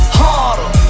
harder